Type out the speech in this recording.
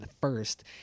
first